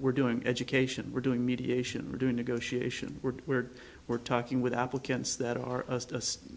we're doing education we're doing mediation we're doing negotiation we're weird we're talking with applicants that are